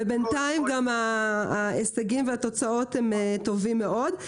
ובינתיים גם ההישגים והתוצאות הם טובים מאוד.